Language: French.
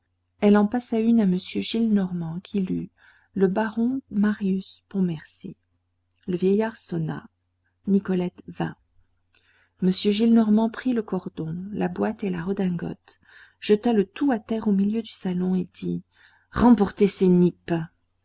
elle en passa une à m gillenormand qui lut le baron marius pontmercy le vieillard sonna nicolette vint m gillenormand prit le cordon la boîte et la redingote jeta le tout à terre au milieu du salon et dit remportez ces nippes